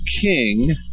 king